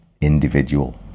individual